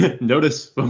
notice